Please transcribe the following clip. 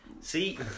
See